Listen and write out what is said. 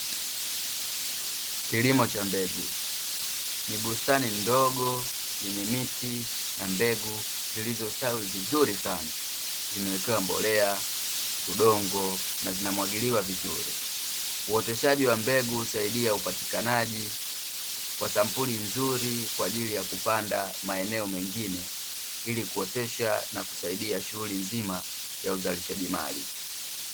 Kilimo cha mbegu, ni bustani ndogo yenye miti na mbegu zilizostawi vizuri sana. Zimewekewa mbolea, udongo na zinamwagiliwa vizuri, uoteshaji wa mbegu husaidia upatikanaji wa sampuli nzuri kwa ajili ya kupanda maeneo mengine ili kuotesha na kusaidia shughuli nzima ya uzalishaji mali.